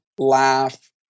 laugh